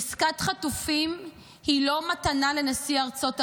עסקת חטופים היא לא מתנה לנשיא ארצות הברית,